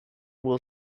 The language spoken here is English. will